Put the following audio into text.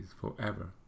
forever